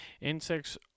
insects